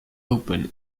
open